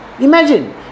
Imagine